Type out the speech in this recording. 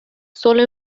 sólo